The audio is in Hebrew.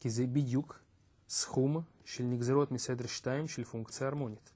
כי זה בדיוק סכום של נגזרות מסדר 2 של פונקציה הרמונית.